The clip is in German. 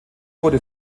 wurde